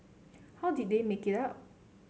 how did they make it up